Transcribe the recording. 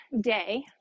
day